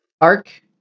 arc